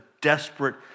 desperate